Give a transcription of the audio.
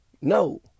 No